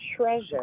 treasure